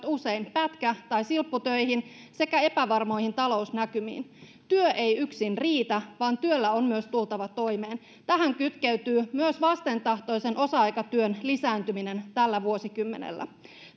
usein pätkä tai silpputöihin sekä epävarmoihin talousnäkymiin työ ei yksin riitä vaan työllä on myös tultava toimeen tähän kytkeytyy myös vastentahtoisen osa aikatyön lisääntyminen tällä vuosikymmenellä